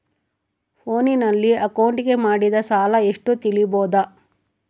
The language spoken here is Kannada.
ಫೋನಿನಲ್ಲಿ ಅಕೌಂಟಿಗೆ ಮಾಡಿದ ಸಾಲ ಎಷ್ಟು ತಿಳೇಬೋದ?